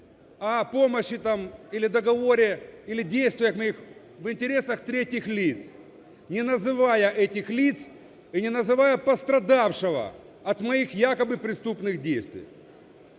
там, или договоре, или действиях моих в интересах третьих лиц, не называя этих лиц и не называя пострадавшего от моих якобы преступных действий.